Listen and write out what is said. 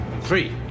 three